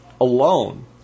alone